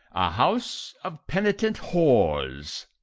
a house of penitent whores.